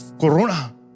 Corona